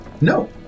No